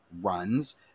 runs